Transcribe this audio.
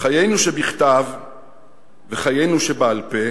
"חיינו שבכתב וחיינו שבעל-פה,